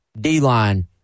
D-line